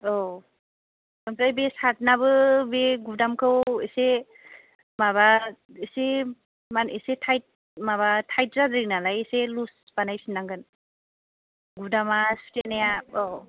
औ आमफ्राय बे सार्टनाबो बे गुदामखौ एसे माबा एसे माने एसे थायथ माबा थायथ जादों नालाय एसे लुस बानायफिननांगोन गुदामा सुथेनाया औ